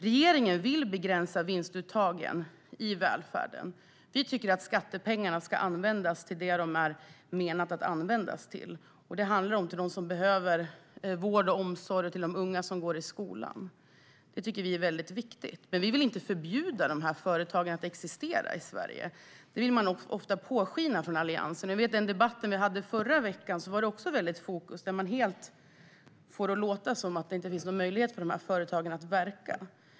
Regeringen vill begränsa vinstuttagen i välfärden. Vi tycker att skattepengarna ska användas till det de är menade att gå till, nämligen dem som behöver vård och omsorg och de unga som går i skolan. Det tycker vi är viktigt. Vi vill inte förbjuda dessa företag att existera i Sverige, så som Alliansen ofta vill påskina. I en debatt vi hade i förra veckan var det också mycket fokus på detta, och man fick det att låta som att det inte finns någon möjlighet för dessa företag att verka.